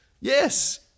Yes